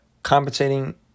compensating